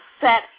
set